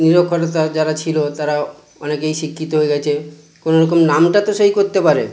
নিরক্ষরতা যারা ছিল তারা অনেকেই শিক্ষিত হয়ে গেছে কোনও রকম নামটা তো সই করতে পারে